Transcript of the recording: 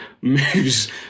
moves